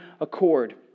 accord